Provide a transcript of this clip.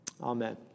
Amen